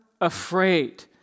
afraid